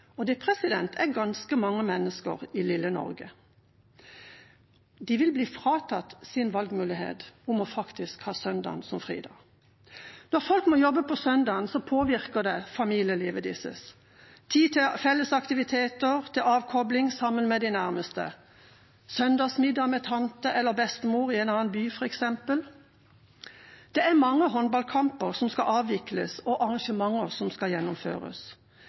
det anslått. Det er ganske mange mennesker i lille Norge. De vil bli fratatt sin valgmulighet til faktisk å ha søndagen som fridag. Når folk må jobbe på søndagen, påvirker det familielivet deres, tid til felles aktiviteter, til avkobling sammen med de nærmeste, søndagsmiddag med tante eller bestemor i en annen by, f.eks. Det er mange håndballkamper som skal avvikles og arrangementer som skal gjennomføres.